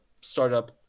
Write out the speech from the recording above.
startup